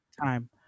time